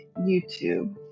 YouTube